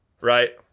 right